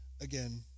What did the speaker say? again